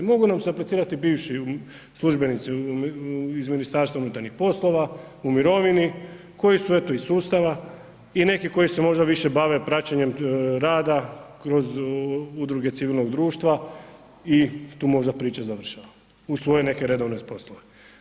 Mogu nam se aplicirati bivši službenici iz Ministarstva unutarnjih poslova u mirovini koji su eto iz sustava i neki koji se možda više bave praćenjem rada kroz udruge civilnog društva i tu možda je priča završena uz svoje neke redovne poslove.